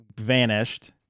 vanished